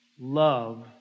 love